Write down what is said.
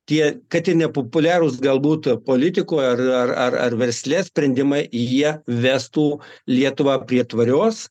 tie kad ir nepopuliarūs galbūt politikoj ar ar ar ar versle sprendimai jie vestų lietuvą prie tvarios